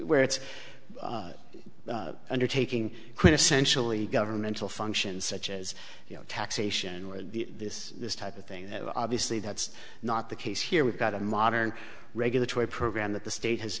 where it's undertaking could essentially governmental functions such as you know taxation or the this this type of thing obviously that's not the case here we've got a modern regulatory program that the state has